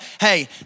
hey